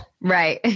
Right